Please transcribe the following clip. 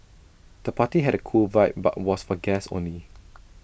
the party had A cool vibe but was for guests only